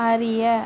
அறிய